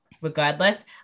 regardless